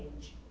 age